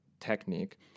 Technique